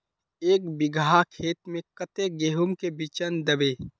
एक बिगहा खेत में कते गेहूम के बिचन दबे?